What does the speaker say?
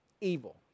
Evil